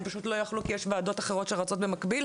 הם פשוט לא יכלו להגיע כי יש וועדות אחרות שרצות במקביל.